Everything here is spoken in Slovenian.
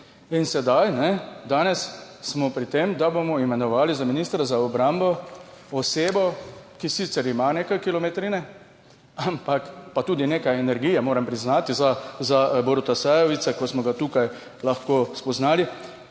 In sedaj, danes smo pri tem, da bomo imenovali za ministra za obrambo osebo, ki sicer ima nekaj kilometrine, ampak pa tudi nekaj energije, moram priznati, za Boruta Sajovica, ko smo ga tukaj lahko spoznali,